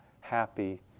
happy